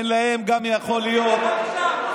אם כבר אמרת משהו,